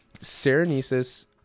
Serenesis